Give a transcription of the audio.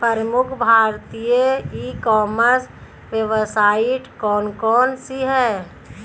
प्रमुख भारतीय e commerce website कौन कौन सी हैं?